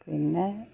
പിന്നെ